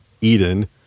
Eden